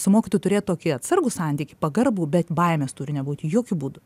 su mokytoju turėt tokį atsargų santykį pagarbų bet baimės turi nebūt jokiu būdu